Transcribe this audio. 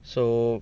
so